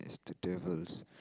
it's the devils